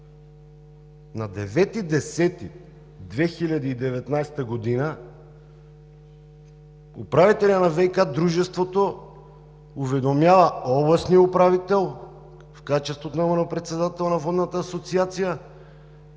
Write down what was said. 2019 г. управителят на ВиК дружеството уведомява областния управител – в качеството му на председател на Водната асоциация,